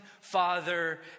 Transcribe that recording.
Father